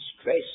stress